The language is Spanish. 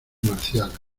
marciales